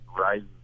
rises